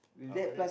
after that